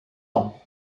ans